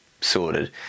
sorted